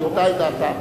היא שינתה את דעתה.